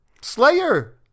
Slayer